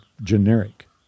generic